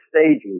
stages